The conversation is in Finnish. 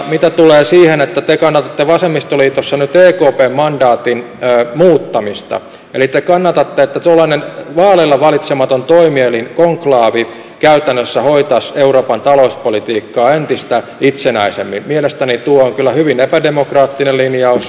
mitä tulee siihen että te kannatatte vasemmistoliitossa nyt ekpn mandaatin muuttamista eli te kannatatte että tuollainen vaaleilla valitsematon toimielin konklaavi käytännössä hoitaisi euroopan talouspolitiikkaa entistä itsenäisemmin niin mielestäni tuo on kyllä hyvin epädemokraattinen linjaus